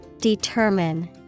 Determine